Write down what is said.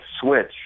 switch